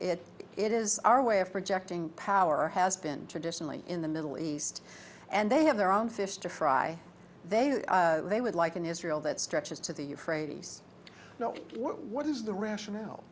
it it is our way of projecting power has been traditionally in the middle east and they have their own fish to fry they have they would like an israel that stretches to the euphrates you know what is the rational